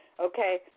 Okay